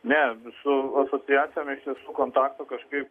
ne visų asocijacija mes visų kontaktų kažkaip